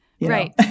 Right